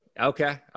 Okay